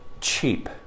cheap